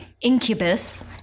incubus